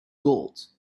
gold